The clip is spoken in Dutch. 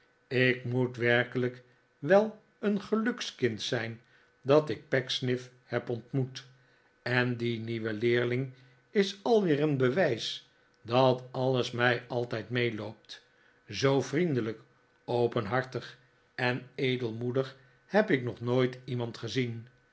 ik moet werkelijk wel een gelukskind zijn dat ik pecksniff heb ontmoet en die nieuwe leerling is alweer e en bewijs dat alles mij altijd meeloopt zoo vriendelijk openhartig en edelmoedig heb ik nog nooit iemand gezien